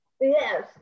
yes